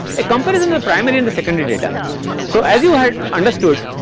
a comparison the primary and the secondary data so as you had understood